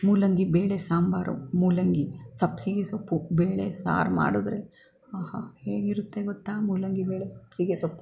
ಮೂಲಂಗಿ ಬೇಳೆ ಸಾಂಬಾರು ಮೂಲಂಗಿ ಸಬ್ಸಿಗೆ ಸೊಪ್ಪು ಬೇಳೆ ಸಾರು ಮಾಡಿದ್ರೆ ಆಹಾ ಹೇಗಿರುತ್ತೆ ಗೊತ್ತಾ ಮೂಲಂಗಿ ಬೇಳೆ ಸಬ್ಸಿಗೆ ಸೊಪ್ಪ